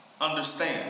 understand